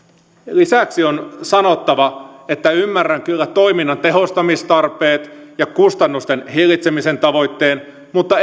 lisäksi on sanottava että ymmärrän kyllä toiminnan tehostamistarpeet ja kustannusten hillitsemisen tavoitteen mutta